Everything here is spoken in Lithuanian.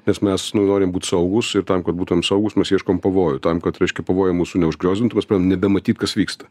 nes mes nu norim būt saugūs ir tam kad būtuėm saugus mes ieškom pavojų tam kad reiškia pavojai mūsų neužgriozdintų mes pradedam nebematyt kas vyksta